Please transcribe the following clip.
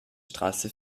straße